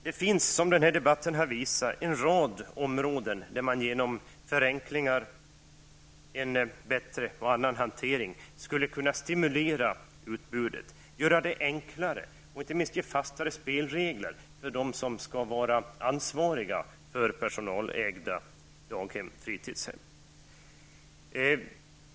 Det finns, som den här debatten visar, en lång rad områden där man genom förenklingar samt genom en annan och bättre hantering skulle kunna stimulera utbudet och, inte minst, erbjuda dem som skall vara ansvariga för personalägda fritidshem och daghem fastare spelregler.